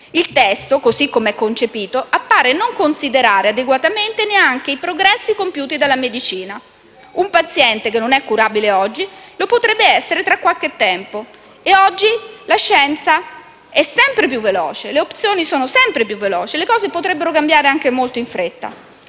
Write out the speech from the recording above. Il testo, così come è concepito, appare non considerare adeguatamente neanche i progressi compiuti dalla medicina: un paziente che oggi non è curabile potrebbe esserlo tra qualche tempo e oggi la scienza è sempre più veloce, le opzioni sono sempre più veloci e le cose potrebbero cambiare anche molto in fretta;